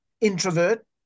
introvert